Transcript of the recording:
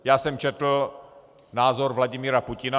Já jsem četl názor Vladimira Putina.